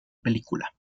película